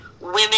women